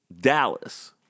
Dallas